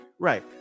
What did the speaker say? Right